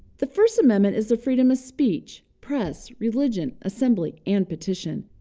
the first amendment is the freedom of speech, press, religion, assembly and petition.